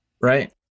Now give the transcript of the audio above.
right